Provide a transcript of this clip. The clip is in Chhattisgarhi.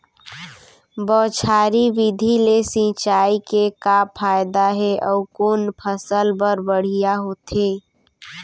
बौछारी विधि ले सिंचाई के का फायदा हे अऊ कोन फसल बर बढ़िया होथे?